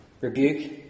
Rebuke